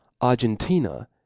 Argentina